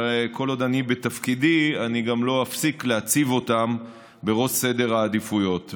וכל עוד אני בתפקידי אני גם לא אפסיק להציב אותם בראש סדר העדיפויות.